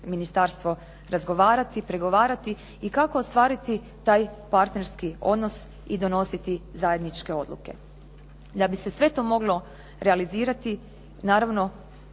ministarstvo razgovarati, pregovarati, i kako ostvariti taj partnerski odnos i donositi zajedničke odluke. Da bi se sve to moglo realizirati, naravno